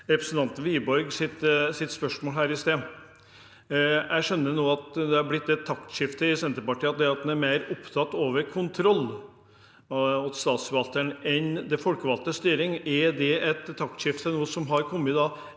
representanten Wiborgs spørsmål her i sted. Jeg skjønner nå at det har blitt et taktskifte i Senterpartiet, at man er mer opptatt av kontroll hos statsforvalteren enn av folkevalgt styring. Er det et taktskifte som har kommet enda